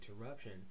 interruption